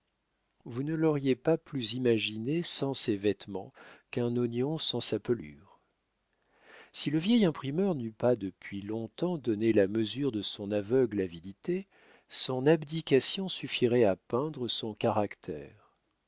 vous ne l'auriez pas plus imaginé sans ses vêtements qu'un oignon sans sa pelure si le vieil imprimeur n'eût pas depuis long-temps donné la mesure de son aveugle avidité son abdication suffirait à peindre son caractère